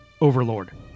Overlord